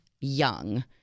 young